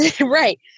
right